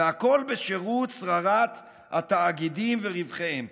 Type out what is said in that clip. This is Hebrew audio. והכול בשירות שררת התאגידים ורווחיהם.